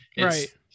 Right